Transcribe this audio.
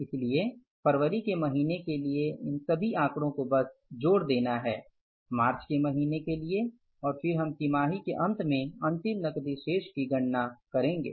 इसलिए फरवरी के महीने के लिए इन सभी आकड़ो को बस जोड़ देना है मार्च के महीने के लिए और फिर हम तिमाही के अंत में अंतिम नकदी शेष की गणना करेंगे